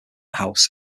house